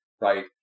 right